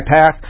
path